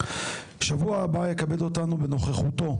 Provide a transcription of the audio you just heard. בשבוע הבא יכבד אותנו בנוכחותו,